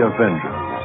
Avengers